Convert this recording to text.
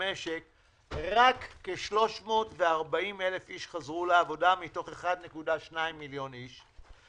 רק כ-340,000 איש חזרו לעבודה מתוך 1.2 מיליון אנשים.